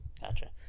Gotcha